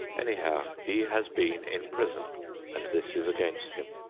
anyhow, he has been in prison and this is against him.